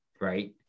right